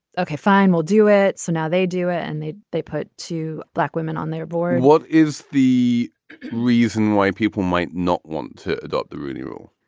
okay, fine, we'll do it. so now they do it and they they put two black women on their board what is the reason why people might not want to adopt the rooney rule?